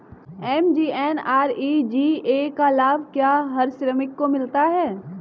MGNREGA का लाभ क्या हर श्रमिक को मिलता है?